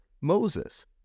Moses